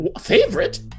Favorite